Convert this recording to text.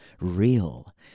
real